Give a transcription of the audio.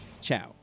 ciao